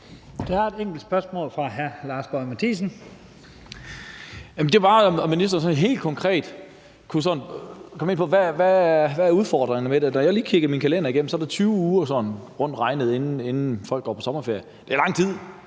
Det er bare, om ministeren sådan helt konkret kan komme ind på, hvad udfordringen ved det er. Når jeg lige kigger min kalender igennem, er der sådan rundt regnet 20 uger, inden folk går på sommerferie. Det er lang tid,